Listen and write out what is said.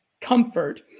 comfort